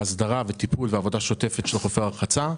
להסדרה וטיפול ועבודה שוטפת בחופי הרחצה.